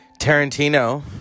Tarantino